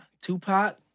Tupac